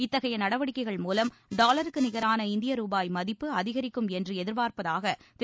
இத்தகைய நடவடிக்கைகள் மூலம் டாலருக்கு நிகரான இந்திய ரூபாய் மதிப்பு அதிகரிக்கும் என்று எதிர்பார்ப்பதாக திரு